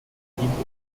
bedient